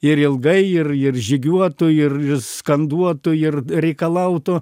ir ilgai ir ir žygiuotų ir ir skanduotų ir reikalautų